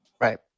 Right